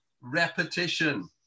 repetition